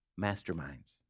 masterminds